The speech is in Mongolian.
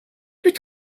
бид